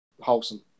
wholesome